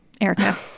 Erica